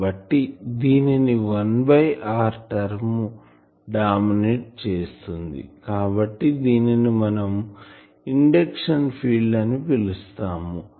కాబట్టి దీనిని 1 r term dominate చేస్తుంది కాబట్టి దీనిని మనం ఇండక్షన్ ఫీల్డ్ అని పిలుస్తాం